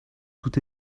tout